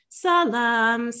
salam